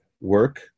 work